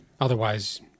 Otherwise